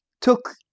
took